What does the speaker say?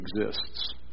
exists